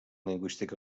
lingüística